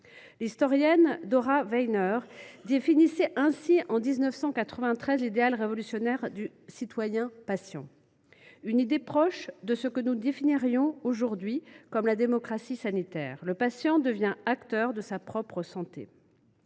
L’historienne Dora B. Weiner définissait ainsi en 1993 l’idéal révolutionnaire du « citoyen patient », une idée proche de ce que nous définirions aujourd’hui comme la démocratie sanitaire : le patient devient acteur de sa propre santé.